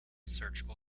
surgical